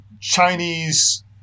Chinese